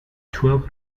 twelve